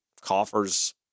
coffers